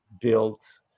built